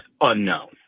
unknown